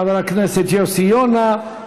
חבר הכנסת יוסי יונה,